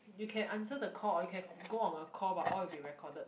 you can answer the call or you can go on a call but all will be recorded